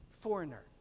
foreigner